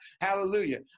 hallelujah